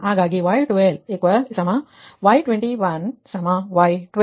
ಹಾಗಾಗಿ y12 y21 y12